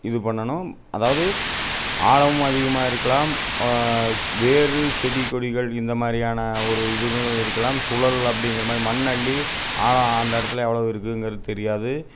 இது பண்ணனும் அதாவது ஆழமும் அதிகமாக இருக்கலாம் வேறு செடி கொடிகள் இந்த மாதிரியான ஒரு இதுகளும் இருக்கலாம் சுழல் அப்டீங்கிற மாதிரி மண்ணள்ளி ஆழம் அந்த இடத்துல எவ்வளோ இருக்குங்கிறது தெரியாது